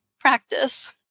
practice